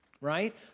Right